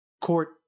court